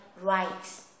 rights